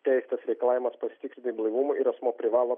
teisėtas reikalavimas pasitikrinti blaivumą ir asmuo privalo